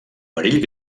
perill